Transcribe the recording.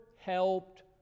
helped